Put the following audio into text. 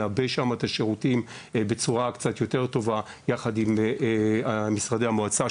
נעבה שם את השירותים בצורה קצת יותר טובה יחד עם משרדי המועצה,